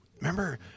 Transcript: remember